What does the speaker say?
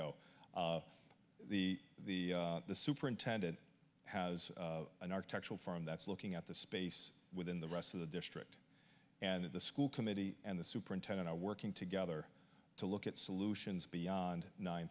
go the the the superintendent has an architectural firm that's looking at the space within the rest of the district and the school committee and the superintendent are working together to look at solutions beyond nine